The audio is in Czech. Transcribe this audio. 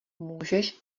můžeš